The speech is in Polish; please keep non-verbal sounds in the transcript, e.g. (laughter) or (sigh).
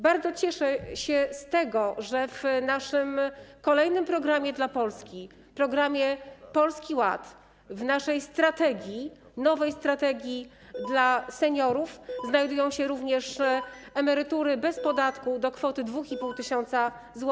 Bardzo cieszę się z tego, że w naszym kolejnym programie dla Polski, programie Polski Ład, w naszej strategii, nowej strategii (noise) dla seniorów znajduje się również kwestia emerytury bez podatku do kwoty 2,5 tys. zł.